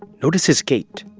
notice his gait.